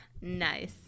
nice